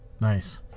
Nice